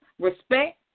respect